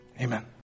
Amen